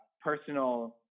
personal